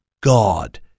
God